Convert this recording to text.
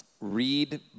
Read